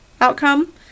outcome